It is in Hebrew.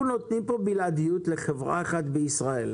אנחנו נותנים כאן בלעדיות לחברה אחת בישראל.